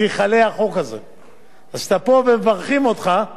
אז אתה פה, ומברכים אותך, אז לפחות שב ואל תפריע.